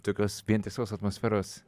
tokios vientisos atmosferos